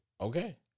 okay